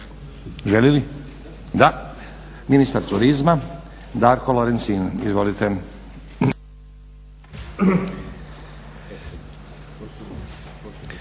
Želi li? Da. Ministar turizma, Darko Lorencin. Izvolite.